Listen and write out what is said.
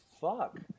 fuck